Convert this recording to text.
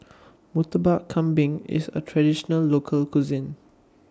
Murtabak Kambing IS A Traditional Local Cuisine